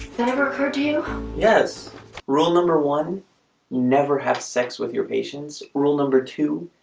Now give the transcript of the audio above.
never do yes rule number one never have sex with your patients rule number two,